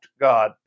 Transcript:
God